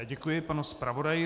Děkuji panu zpravodaji.